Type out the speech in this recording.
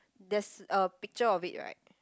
there's a picture of it right